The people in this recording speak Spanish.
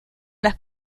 las